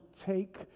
take